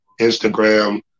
Instagram